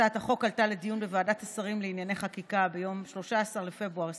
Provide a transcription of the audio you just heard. הצעת החוק עלתה לדיון בוועדת השרים לענייני חקיקה ביום 13 בפברואר 2022,